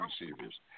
receivers